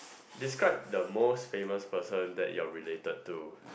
describe the most famous person that you are related to